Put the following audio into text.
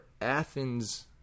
Athens